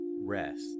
rest